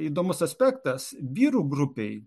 įdomus aspektas vyrų grupėj